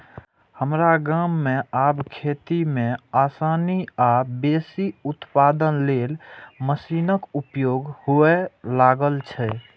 हमरा गाम मे आब खेती मे आसानी आ बेसी उत्पादन लेल मशीनक उपयोग हुअय लागल छै